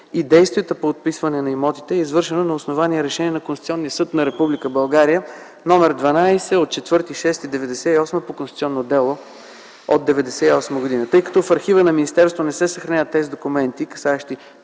и действията по отписване на имотите е извършено на основание Решение на Конституционния съд на Република България № 12 от 4.06.1998 г. по конституционно дело от 1998 г. Тъй като в архива на министерството не се съхраняват тези документи, касаещи